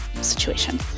situation